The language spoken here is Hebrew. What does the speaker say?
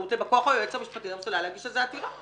אפשרות לבא כוח היועץ המשפטי לממשלה להגיש על זה עתירה.